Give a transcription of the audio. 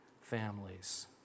families